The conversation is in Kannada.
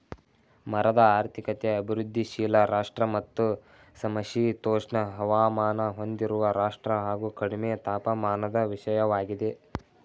ಮರದ ಆರ್ಥಿಕತೆ ಅಭಿವೃದ್ಧಿಶೀಲ ರಾಷ್ಟ್ರ ಮತ್ತು ಸಮಶೀತೋಷ್ಣ ಹವಾಮಾನ ಹೊಂದಿರುವ ರಾಷ್ಟ್ರ ಹಾಗು ಕಡಿಮೆ ತಾಪಮಾನದ ವಿಷಯವಾಗಿದೆ